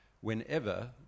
whenever